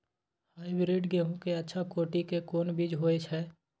Hybrid गेहूं के अच्छा कोटि के कोन बीज होय छै?